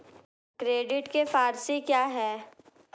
Credit के four C क्या हैं?